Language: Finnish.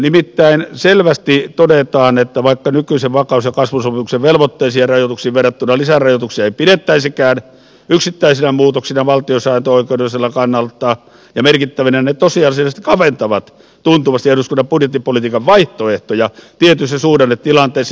nimittäin selvästi todetaan että vaikka nykyisen vakaus ja kasvusopimuksen velvoitteisiin ja rajoituksiin verrattuna lisärajoituksia ei pidettäisikään yksittäisinä muutoksina valtiosääntöoikeudelliselta kannalta ja merkittävinä ne tosiasiallisesti kaventavat tuntuvasti eduskunnan budjettipolitiikan vaihtoehtoja tietyissä suhdannetilanteissa